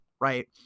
right